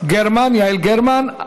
יעל גרמן.